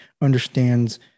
understands